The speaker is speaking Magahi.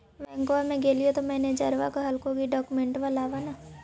बैंकवा मे गेलिओ तौ मैनेजरवा कहलको कि डोकमेनटवा लाव ने?